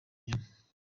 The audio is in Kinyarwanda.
ibinyoma